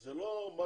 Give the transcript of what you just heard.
זה לא משהו